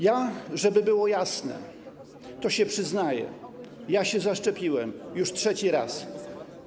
Ja, żeby było jasne, to się przyznaję: ja się zaszczepiłem już trzeci raz.